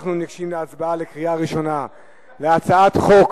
אנחנו ניגשים להצבעה בקריאה ראשונה על הצעת חוק